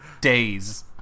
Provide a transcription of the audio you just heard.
days